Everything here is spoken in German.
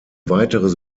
weiteres